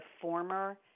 former